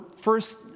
first